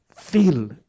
feel